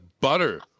butter